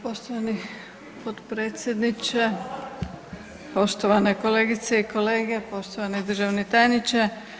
Poštovani potpredsjedniče, poštovane kolegice i kolege, poštovani državni tajniče.